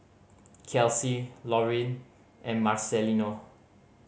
Kelsey Lorin and Marcelino